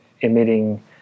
emitting